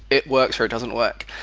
it works or it doesn't work.